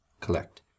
collect